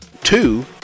Two